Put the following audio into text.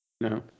No